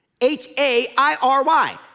H-A-I-R-Y